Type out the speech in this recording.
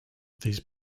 these